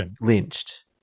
lynched